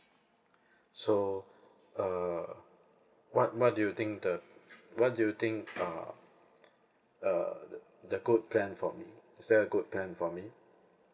so uh what what do you think the what do you think uh uh the the good plan for me is there a good plan for me